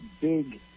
big